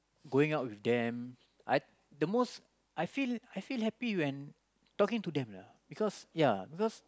going out with them I the most I feel I feel happy when talking to them lah because ya because